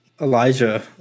Elijah